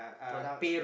production